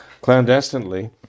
clandestinely